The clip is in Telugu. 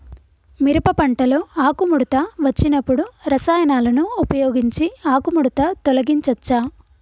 మిరప పంటలో ఆకుముడత వచ్చినప్పుడు రసాయనాలను ఉపయోగించి ఆకుముడత తొలగించచ్చా?